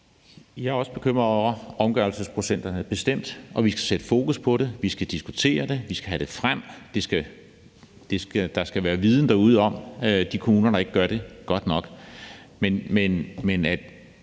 Jeg er også bekymret over omgørelsesprocenterne, bestemt, og vi skal sætte fokus på det. Vi skal diskutere det, vi skal have det frem, og der skal være viden derude om de kommuner, der ikke gør det godt nok. Men at